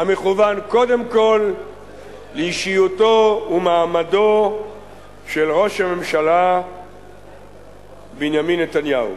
המכוון קודם כול לאישיותו ולמעמדו של ראש הממשלה בנימין נתניהו.